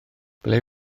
ble